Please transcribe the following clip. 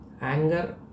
anger